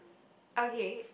okay